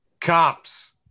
Cops